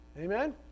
Amen